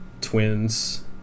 Twins